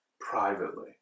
privately